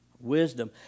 wisdom